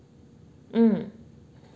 mm